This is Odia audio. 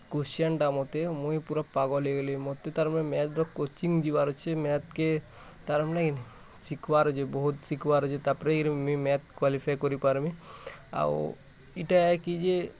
କୋସଚିନ୍ଟା ମତେ ମୁଇଁ ପୁରା ପାଗଲ୍ ହେଇଗଲି ମତେ ତାରମା୍ନେ ମ୍ୟାଥ୍ର କୋଚିଂ ଯିବାର୍ ଅଛେ ମ୍ୟାଥ୍କେ ତାର୍ମାନେ କି ନାଇଁ ଶିଖ୍ବାର୍ ଅଛେ ବହୁତ୍ ଶିଖ୍ବାର୍ ଅଛେ ତାପରେ ଯାଇକରି ମୁଇଁ ମ୍ୟାଥ୍ କ୍ଵାଲିଫାଏ କରି ପାର୍ମି ଆଉ ଇଟା ଆଏ କି ଯେ